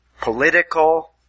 political